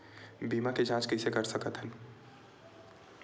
बीमा के जांच कइसे कर सकत हन?